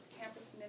campus